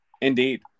Indeed